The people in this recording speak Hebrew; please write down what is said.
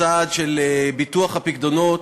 הצעד של ביטוח הפיקדונות,